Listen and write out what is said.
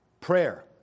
Prayer